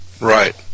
Right